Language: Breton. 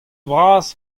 vras